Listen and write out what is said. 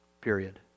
period